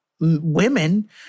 women